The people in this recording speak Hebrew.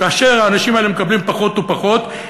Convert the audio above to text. כאשר האנשים האלה מקבלים פחות ופחות,